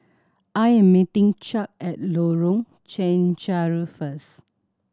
I am meeting Chuck at Lorong Chencharu first